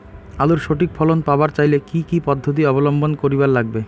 আলুর সঠিক ফলন পাবার চাইলে কি কি পদ্ধতি অবলম্বন করিবার লাগবে?